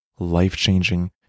life-changing